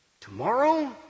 Tomorrow